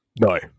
No